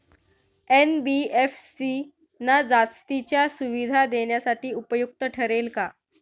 NBFC ना जास्तीच्या सुविधा देण्यासाठी उपयुक्त ठरेल का?